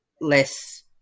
less